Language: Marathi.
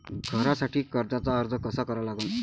घरासाठी कर्जाचा अर्ज कसा करा लागन?